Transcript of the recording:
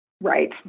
Right